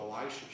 Elisha